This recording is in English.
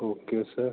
okay sir